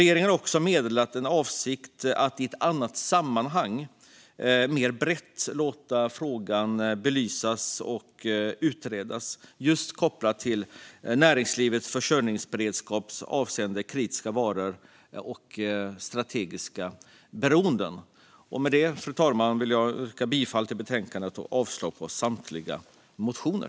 Regeringen har meddelat sin avsikt att i ett annat sammanhang mer brett låta belysa och utreda frågan om näringslivets försörjningsberedskap avseende kritiska varor och strategiska beroenden. Med detta vill jag yrka bifall till utskottets förslag och avslag på samtliga motioner.